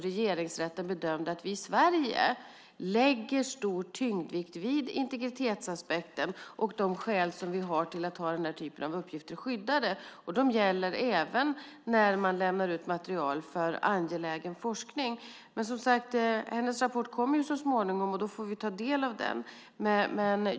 Regeringsrätten bedömde att vi i Sverige lägger stor tyngd vid integritetsaspekten och de skäl som vi har till att ha den typen av skyddade uppgifter. De gäller även när man lämnar ut material för angelägen forskning. Birgitta Almgrens rapport kommer så småningom, och då får vi ta del av den.